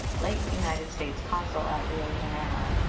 late united states consul at rio janeiro,